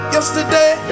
Yesterday